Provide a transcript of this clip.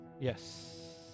Yes